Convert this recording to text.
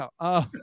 No